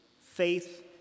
faith